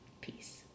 Peace